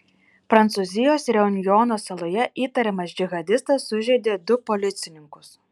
prancūzijos reunjono saloje įtariamas džihadistas sužeidė du policininkus